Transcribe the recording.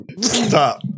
Stop